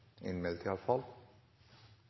aktører, i alle fall